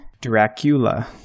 dracula